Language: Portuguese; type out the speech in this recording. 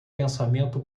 pensamento